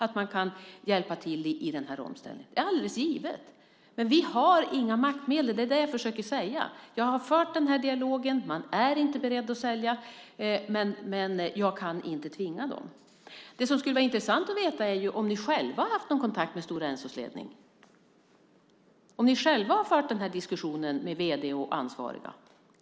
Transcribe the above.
Man kan hjälpa till i den här omställningen; det är alldeles givet. Men vi har inga maktmedel. Det är det jag försöker säga. Jag har fört den här dialogen. Man är inte beredd att sälja, och jag kan inte tvinga dem. Det som skulle vara intressant att veta är om ni själva har haft någon kontakt med Stora Ensos ledning, om ni själva har fört den här diskussionen med vd och ansvariga.